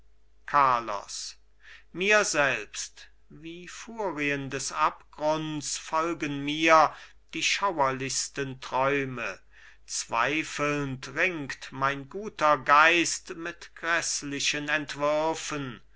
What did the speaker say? carlos mir selbst wie furien des abgrunds folgen mir die schauerlichsten träume zweifelnd ringt mein guter geist mit gräßlichen entwürfen